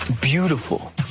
beautiful